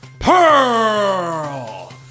Pearl